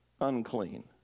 unclean